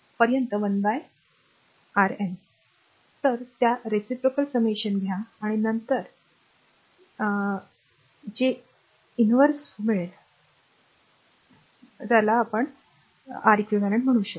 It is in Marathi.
तर त्या reciprocal summation घ्या आणि नंतर त्या r ला कॉल करा जे त्या r च्या inverse कॉल करेल